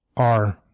are